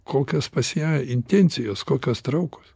kokios pas ją intencijos kokios traukos